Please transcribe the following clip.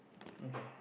okay